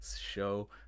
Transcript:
show